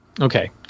Okay